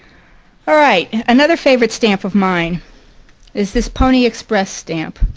all right another favorite stamp of mine is this pony express stamp.